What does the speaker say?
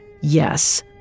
Yes